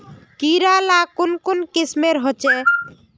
कीड़ा ला कुन कुन किस्मेर होचए?